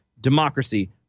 democracy